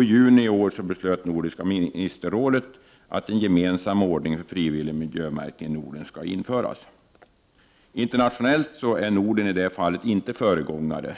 I juni i år beslöt Nordiska ministerrådet att en gemensam ordning för frivillig miljömärkning i Norden skall införas. Internationellt är Norden i detta fall inte föregångare.